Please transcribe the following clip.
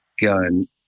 gun